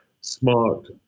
smart